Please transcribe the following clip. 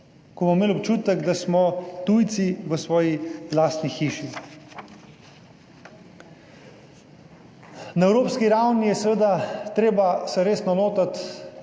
ko bomo imeli občutek, da smo tujci v svoji lastni hiši. Na evropski ravni je seveda treba se resno lotiti